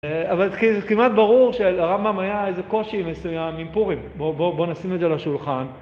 אבל כי זה כמעט ברור שהרמב״ם היה איזה קושי מסוים עם פורים בואו נשים את זה לשולחן